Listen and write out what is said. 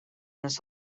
this